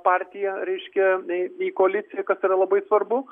partija reiškia į koaliciją kas yra labai svarbu